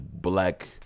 black